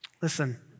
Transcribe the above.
Listen